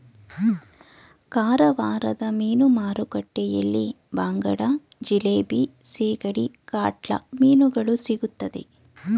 ಕಾರವಾರದ ಮೀನು ಮಾರುಕಟ್ಟೆಯಲ್ಲಿ ಬಾಂಗಡ, ಜಿಲೇಬಿ, ಸಿಗಡಿ, ಕಾಟ್ಲಾ ಮೀನುಗಳು ಸಿಗುತ್ತದೆ